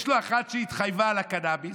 יש לו אחת שהתחייבה על הקנביס.